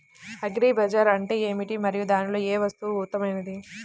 Agri bazaar అంటే ఏమిటి మరియు దానిలో ఏ వస్తువు ఉత్తమమైనది?